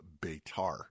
Betar